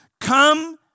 Come